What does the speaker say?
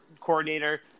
coordinator